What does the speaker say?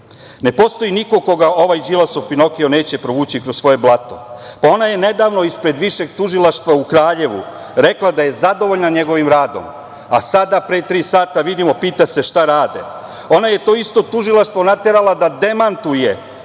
Ne postoji niko koga ovaj Đilasov Pinokio neće provući kroz svoje blato. Pa, ona je nedavno ispred Višeg tužilaštva u Kraljevu rekla da je zadovoljna njegovim radom, a sada, pre tri sata, vidimo pita se šta rade. Ona je to isto tužilaštvo naterala da demantuje